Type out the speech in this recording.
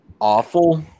awful